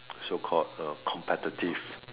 so called uh competitive